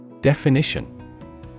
Definition